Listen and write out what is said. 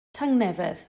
tangnefedd